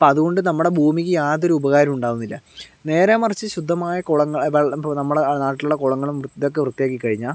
അപ്പം അതുകൊണ്ട് നമ്മുടെ ഭൂമിക്ക് യാതൊരു ഉപകാരവും ഉണ്ടാവുന്നില്ല നേരെ മറിച്ച് ശുദ്ധമായ കുളങ്ങള് വെള്ള ഇപ്പം നമ്മളുടെ നാട്ടിലൊള്ള കുളങ്ങളും ഇതക്കെ വൃത്തിയാക്കി കഴിഞ്ഞാൽ